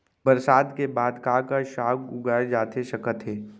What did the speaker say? बरसात के बाद का का साग उगाए जाथे सकत हे?